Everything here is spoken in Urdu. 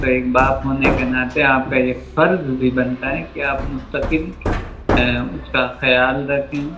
تو ایک باپ ہونے کے ناطے آپ کا یہ فرض بھی بنتا ہے کہ آپ مستقل اس کا خیال رکھیں